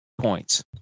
points